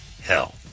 hell